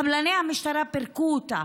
חבלני המשטרה פירקו אותה.